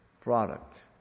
product